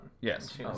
Yes